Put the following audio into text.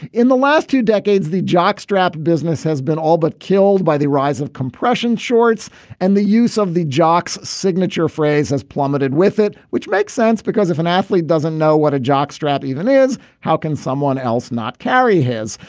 in the last two decades the jockstrap business has been all but killed by the rise of compression shorts and the use of the jocks signature phrase has plummeted with it which makes sense because if an athlete doesn't know what a jock strap even is. how can someone else not carry his.